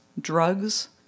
drugs